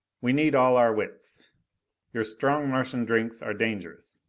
we need all our wits your strong martian drinks are dangerous.